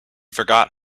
forgot